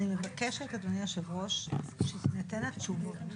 אני מבקשת, אדוני היושב-ראש, שתינתנה תשובות.